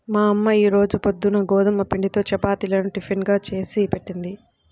మా అమ్మ ఈ రోజు పొద్దున్న గోధుమ పిండితో చపాతీలను టిఫిన్ గా చేసిపెట్టింది